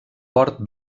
port